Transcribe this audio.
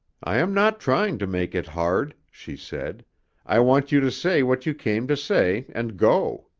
i am not trying to make it hard, she said i want you to say what you came to say and go.